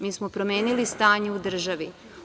Mi smo promenili stanje u državi.